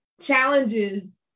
challenges